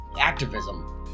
activism